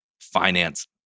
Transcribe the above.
finance